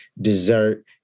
dessert